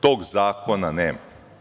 Tog zakona nema.